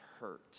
hurt